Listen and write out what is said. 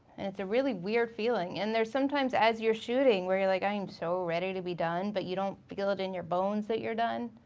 and it's a really weird feeling. and there's sometimes as you're shooting where you're like i am so ready to be done but you don't feel it in your bones that you're done.